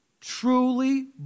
truly